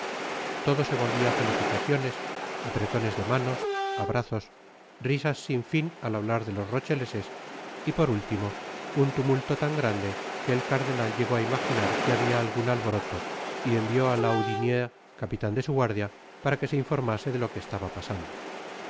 todo se volvia feticitaciones apretones de manos abrazos rtsas sin fin al hablar de los rocheleses y por último un tumulo tan grande que el cardenal llegó á imaginar que habia algnn alboroto y envió á lahoudiniere capitan de su guardia para que se informase de lo que estaba pasando